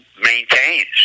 maintains